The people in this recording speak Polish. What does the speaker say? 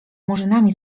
murzynami